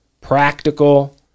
practical